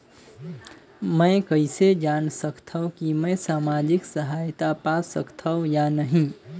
मै कइसे जान सकथव कि मैं समाजिक सहायता पा सकथव या नहीं?